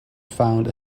found